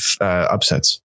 upsets